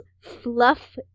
fluff